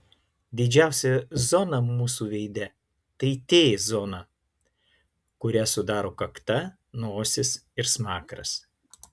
didžiausia zona mūsų veide tai t zona kurią sudaro kakta nosis ir smakras